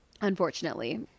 unfortunately